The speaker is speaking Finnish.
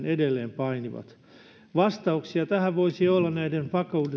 edelleen painivat takausvelkojensa kanssa vastauksia tähän voisivat olla näiden